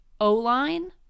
O-line